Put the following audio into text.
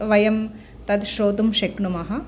वयं तद् श्रोतुं शक्नुमः